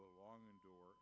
or or